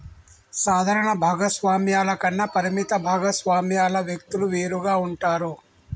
సాధారణ భాగస్వామ్యాల కన్నా పరిమిత భాగస్వామ్యాల వ్యక్తులు వేరుగా ఉంటారు